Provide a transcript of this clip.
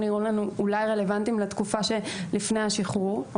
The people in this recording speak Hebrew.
נראים לנו אולי רלוונטיים לתקופה שלפני השחרור.